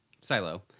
Silo